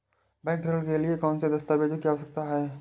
Bank ऋण के लिए कौन से दस्तावेजों की आवश्यकता है?